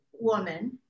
woman